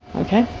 okay,